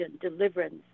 deliverance